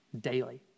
daily